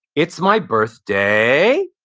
it's my birthday,